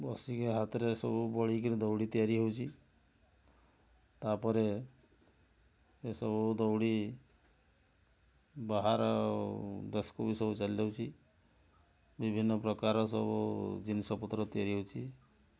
ବସିକି ହାତରେ ସବୁ ବଳିକିରି ଦଉଡ଼ି ତିଆରି ହେଉଛି ତା'ପରେ ଏ ସବୁ ଦଉଡ଼ି ବାହାର ଦେଶକୁ ସବୁ ଚାଲିଯାଉଛି ବିଭିନ୍ନ ପ୍ରକାର ସବୁ ଜିନିଷପତ୍ର ତିଆରି ହେଉଛି